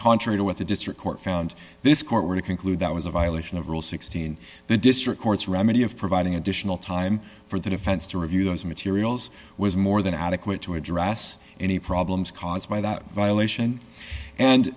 contrary to what the district court found this court were to conclude that was a violation of rule sixteen the district court's remedy of providing additional time for the defense to review those materials was more than adequate to address any problems caused by that violation and